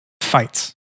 fights